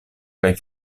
kaj